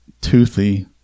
toothy